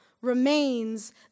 remains